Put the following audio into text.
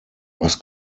was